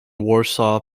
warsaw